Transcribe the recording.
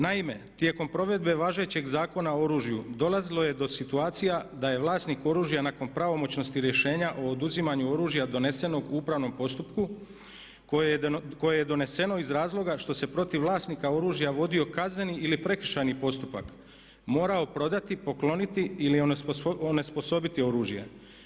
Naime, tijekom provedbe važećeg Zakona o oružju dolazilo je do situacija da je vlasnik oružja nakon pravomoćnosti rješenja o oduzimanju oružja donesenog u upravnom postupku koje je doneseno iz razloga što se protiv vlasnika oružja vodio kazneni ili prekršajni postupak morao prodati, pokloniti ili onesposobiti oružje.